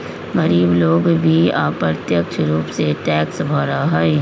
गरीब लोग भी अप्रत्यक्ष रूप से टैक्स भरा हई